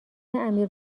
امیر